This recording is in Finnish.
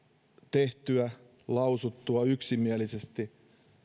tehtyä lausuttua yksimielisesti